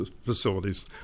facilities